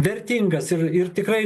vertingas ir ir tikrai